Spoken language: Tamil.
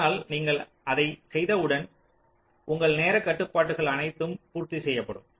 அதனால் நீங்கள் அதைச் செய்தவுடன் உங்கள் நேரக் கட்டுப்பாடுகள் அனைத்தும் பூர்த்தி செய்யப்படும்